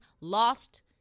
lost